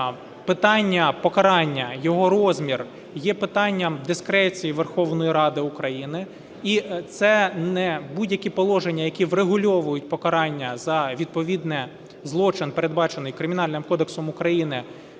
питання покарання, його розмір є питанням дискреції Верховної Ради України і це не... будь-які положення, які врегульовують покарання за відповідний злочин, передбачений Кримінальним кодексом України,